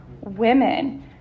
Women